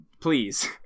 please